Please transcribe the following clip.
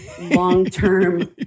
long-term